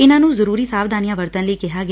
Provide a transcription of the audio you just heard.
ਇਨਾਂ ਨੂੰ ਜੁਰਰੀ ਸਾਵਧਾਨੀਆਂ ਵਰਤਣ ਲਈ ਕਿਹਾ ਗਿਆ